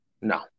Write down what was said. No